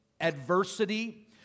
adversity